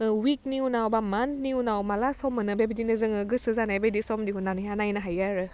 ओह उइकनि उनाव बा मान्टनि उनाव माला सम मोनो बेबायदिनो जोङो गोसो जानायबायदि सम दिहुननानैहा नायनो हाया आरो